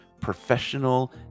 professional